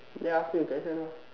ya ask me a question lah